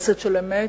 חסד של אמת,